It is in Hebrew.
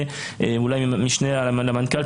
המשנה למנכ"ל,